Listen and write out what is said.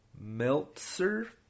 Meltzer